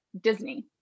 Disney